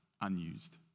unused